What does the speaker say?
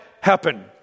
happen